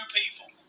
people